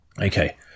Okay